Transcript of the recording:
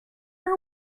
are